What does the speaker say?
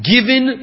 Given